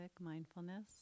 mindfulness